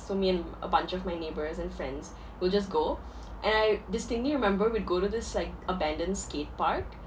so me and a bunch of my neighbours and friends will just go and I distinctly remember we'd go to this like abandoned skate park